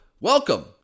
welcome